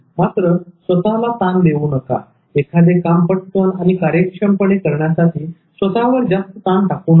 मात्र स्वतःला ताण देऊ नका एखादे काम पटकन आणि कार्यक्षमपणे करण्यासाठी स्वतःवर जास्त ताण टाकू नका